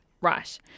Right